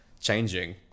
changing